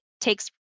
takes